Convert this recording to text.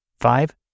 Five